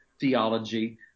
theology